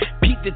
Pete